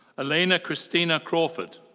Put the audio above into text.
alainna christina crawford.